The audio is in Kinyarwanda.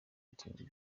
dream